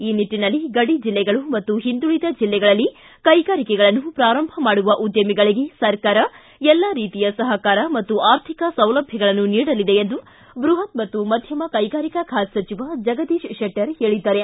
ಈ ನಿಟ್ಟನಲ್ಲಿ ಗಡಿ ಜಿಲ್ಲೆಗಳು ಮತ್ತು ಹಿಂದುಳದ ಜಿಲ್ಲೆಗಳಲ್ಲಿ ಕೈಗಾರಿಕೆಗಳನ್ನು ಪ್ರಾರಂಭ ಮಾಡುವ ಉದ್ಯಮಿಗಳಿಗೆ ಸರ್ಕಾರ ಎಲ್ಲಾ ರೀತಿಯ ಸಹಕಾರ ಮತ್ತು ಆರ್ಥಿಕ ಸೌಲಭ್ಯಗಳನ್ನು ನೀಡಲಿದೆ ಎಂದು ಬೃಹತ್ ಮತ್ತು ಮಧ್ಯಮ ಕೈಗಾರಿಕಾ ಖಾತೆ ಸಚಿವ ಜಗದೀಶ್ ಶೆಟ್ಟರ್ ಹೇಳಿದ್ದಾರೆ